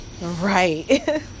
right